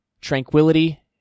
tranquility